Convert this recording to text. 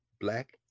Black